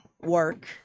work